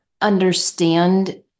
understand